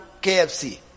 KFC